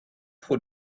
who